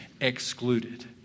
excluded